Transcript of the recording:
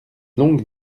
longue